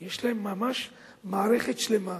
יש להם ממש מערכת שלמה,